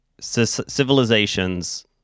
civilizations